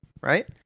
right